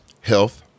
health